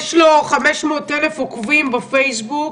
שיש לו 500,000 עוקבים בפייסבוק,